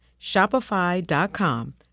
Shopify.com